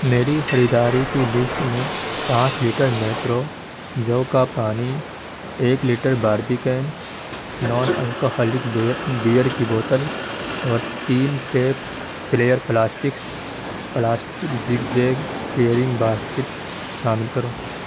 میری خریداری کی لشٹ میں پانچ لیٹر میپرو جو کا پانی ایک litre Barbican non alcoholic beer beer کی بوتل اورتین pack Flair plastics plastic zig zag carrying basket شامل کرو